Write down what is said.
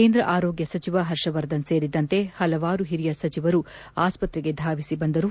ಕೇಂದ್ರ ಆರೋಗ್ಯ ಸಚಿವ ಹರ್ಷವರ್ಧನ್ ಸೇರಿದಂತೆ ಹಲವಾರು ಹಿರಿಯ ಸಚಿವರು ಆಸ್ಪತ್ರೆಗೆ ಧಾವಿಸಿ ಬಂದರು